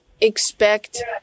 expect